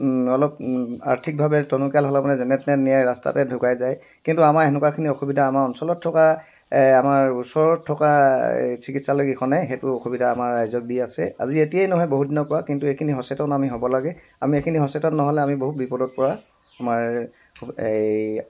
অলপ আৰ্থিকভাৱে টনকিয়াল হ'লে মানে যেনে তেনে নিয়ে ৰাস্তাতে ঢুকাই যায় কিন্তু আমাৰ তেনেকুৱাখিনি অসুবিধা আমাৰ অঞ্চলত থকা আমাৰ ওচৰত থকা এই চিকিৎসালয় কেইখনে সেইটো অসুবিধা আমাৰ ৰাইজক দি আছে আজি এতিয়াই নহয় বহুত দিনৰ পৰা কিন্তু এইখিনি সচেতন আমি হ'ব লাগে আমি সেইখিনি সচেতন নহ'লে আমি বহু বিপদত পৰা আমাৰ এই